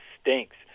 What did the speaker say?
stinks